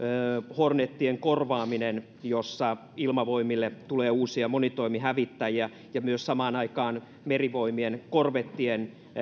hornetien korvaaminen jossa ilmavoimille tulee uusia monitoimihävittäjiä ja samaan aikaan on myös merivoimien korvettien